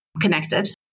connected